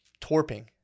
Torping